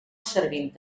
servint